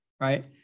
right